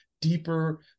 deeper